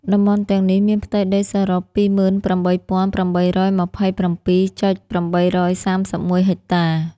តំបន់ទាំងនេះមានផ្ទៃដីសរុប ២៨,៨២៧.៨៣១ ហិកតា។